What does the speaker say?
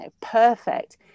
perfect